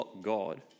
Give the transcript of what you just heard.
God